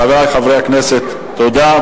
חברי חברי הכנסת, תודה.